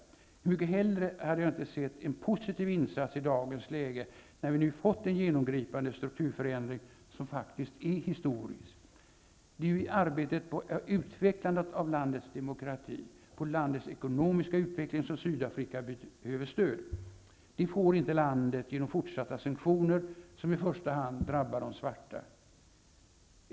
Hur mycket hellre hade jag inte sett en positiv insats i dagens läge, när vi nu fått en genomgripande strukturförändring, som faktiskt är historisk. Det är ju i arbetet på utvecklandet av landets demokrati, på landets ekonomiska utveckling som Sydafrika behöver stöd. Det får inte landet genom fortsatta sanktioner, som i första hand drabbar de svarta.